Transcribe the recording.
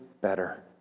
better